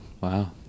Wow